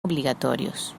obligatorios